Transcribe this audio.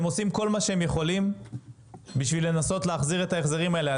הם עושים כל מה שהם יכולים בשביל לנסות להחזיר את ההחזרים האלה.